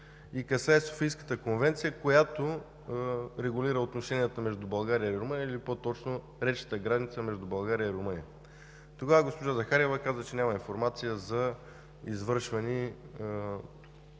и касае Софийската конвенция, която регулира отношенията между България и Румъния, или по-точно речната граница между България и Румъния. Тогава госпожа Захариева каза, че няма информация за извършвани